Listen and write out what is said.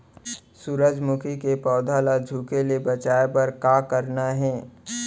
सूरजमुखी के पौधा ला झुके ले बचाए बर का करना हे?